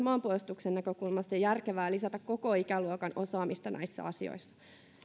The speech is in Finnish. maanpuolustuksen näkökulmasta järkevää lisätä koko ikäluokan osaamista näissä asioissa